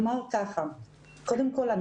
קודם כל,